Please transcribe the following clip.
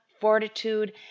fortitude